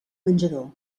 menjador